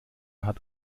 hat